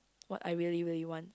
what I really really want